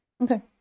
Okay